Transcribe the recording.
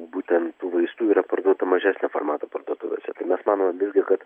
būtent tų vaistų yra parduota mažesnio formato parduotuvėse tai mes manome visgi kad